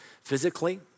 physically